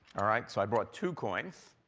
all right, so i bought two coins